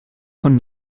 von